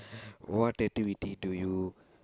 what activity do you